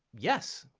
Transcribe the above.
yes,